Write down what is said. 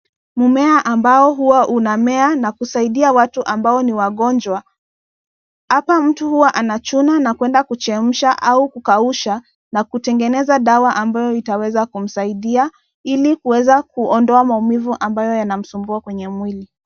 Mmea amboa huwa unamea na kusaidia watu ambao ni wagonjwa. Hapa mtu huwa anachuna na kuenda kuchemsha au kukausha na kutengeneza dawa ambayo itaweza kumsaidia ili kuweza kuondoa maumivu ambayo yanamsumbua kwenye mwili.